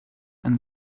and